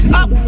up